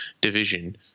division